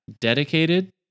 Dedicated